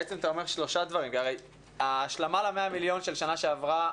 אתה אומר שלושה דברים: דבר ראשון הוא ההשלמה ל-100 מיליון של שנה שעברה.